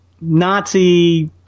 Nazi